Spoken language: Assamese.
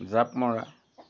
জাঁপ মৰা